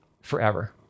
forever